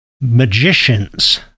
magicians